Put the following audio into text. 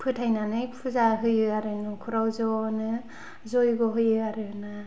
फोथायनानै फुजा होयो आरो नख'राव ज'नो फुजा होयो जय्ग' होयो आरो